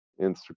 Instagram